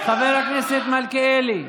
חבר הכנסת מלכיאלי,